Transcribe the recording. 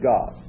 God